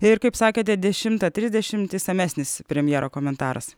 ir kaip sakėte dešimtą trisdešimt išsamesnis premjero komentaras